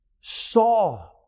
saw